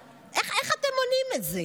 וכעת אנחנו עוברים לדיון האישי.